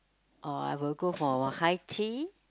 or I will go for a high tea